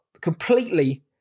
completely